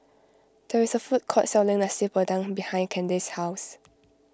there is a food court selling Nasi Padang behind Candace's house